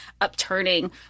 upturning